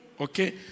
okay